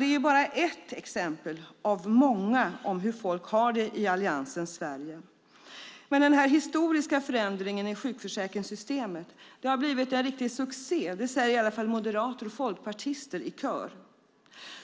Det är bara ett exempel av många på hur folk har det i Alliansens Sverige. Den här historiska förändringen i sjukförsäkringssystemet har blivit en riktig succé. Det säger i alla fall moderater och folkpartister i kör.